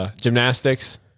gymnastics